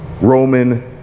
roman